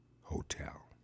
Hotel